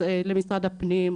למשרד הפנים,